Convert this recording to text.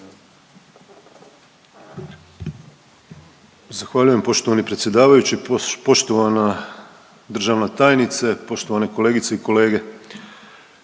Zahvaljujem poštovani potpredsjedniče, poštovani državni tajniče, kolegice i kolege.